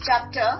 chapter